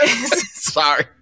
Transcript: Sorry